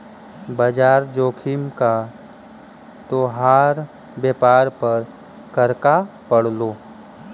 बाजार जोखिम का तोहार व्यापार पर क्रका पड़लो